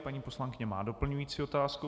Paní poslankyně má doplňující otázku.